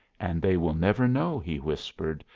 and they will never know, he whispered,